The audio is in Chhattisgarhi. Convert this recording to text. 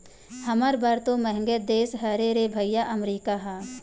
हमर बर तो मंहगे देश हरे रे भइया अमरीका ह